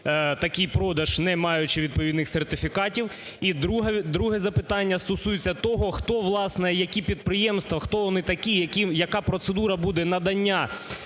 такий продаж, не маючи відповідних сертифікатів? І друге запитання стосується того, хто власне, які підприємства, хто вони такі і яка процедура буде надання